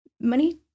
money